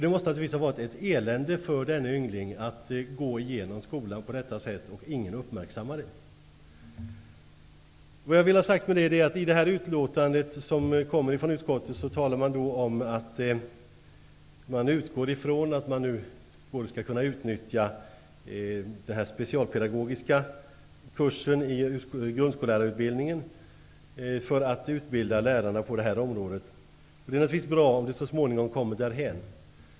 Det måste naturligtvis ha varit ett elände för denne yngling att gå igenom skolan på detta sätt, utan att någon uppmärksammat problemet. Det jag vill ha sagt med detta är att man i det betänkande som utskottet har avgett utgår från att man nu skall kunna utnyttja den specialpedagogiska kursen i grundskollärarutbildningen för att utbilda lärare på det här området. Det är naturligtvis bra om vi så småningom kommer därhän.